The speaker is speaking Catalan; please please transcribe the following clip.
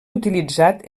utilitzat